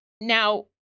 Now